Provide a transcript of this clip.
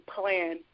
plan